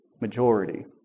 majority